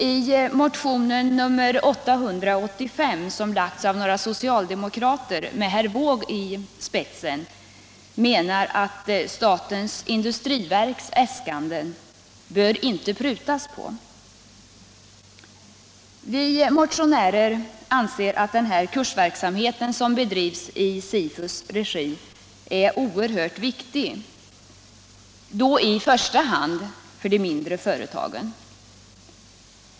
I motionen 885, som lämnats av några socialdemokrater med herr Wååg som första namn, framhålls att man inte bör pruta på statens industriverks äskande. Vi motionärer anser att den kursverksamhet som bedrivs i SIFU:s regi är oerhört viktig, i första hand när det gäller de mindre företagen.